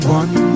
one